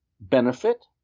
benefit